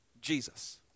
Jesus